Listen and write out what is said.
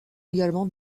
également